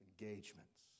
Engagements